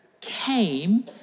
came